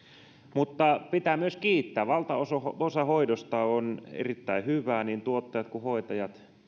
mutta pitää myös kiittää valtaosa hoidosta on erittäin hyvää niin tuottajat kuin hoitajat